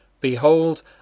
Behold